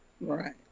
Right